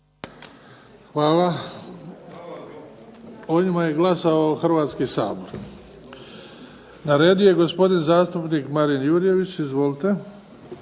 Hvala. O njima je glasao Hrvatski sabor. Na redu je gospodin zastupnik Marin Jurjević. Izvolite.